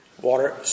Water